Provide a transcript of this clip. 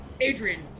Adrian